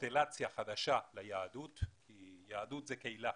קונסטלציה חדשה ליהדות כי יהדות זה קהילה,